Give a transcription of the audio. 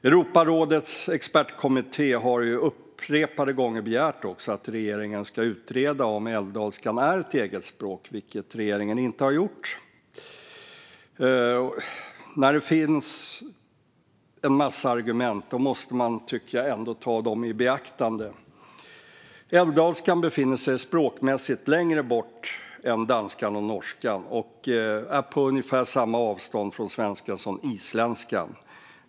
Europarådets expertkommitté har upprepade gånger begärt att regeringen ska utreda om älvdalskan är ett eget språk, vilket regeringen inte har gjort. När det finns en massa argument måste man ta dem i beaktande. Älvdalskan befinner sig språkmässigt längre bort än danskan och norskan och är på ungefär samma avstånd från svenskan som isländskan.